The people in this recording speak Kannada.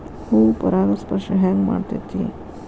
ಹೂ ಪರಾಗಸ್ಪರ್ಶ ಹೆಂಗ್ ಮಾಡ್ತೆತಿ?